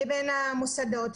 לבין המוסדות.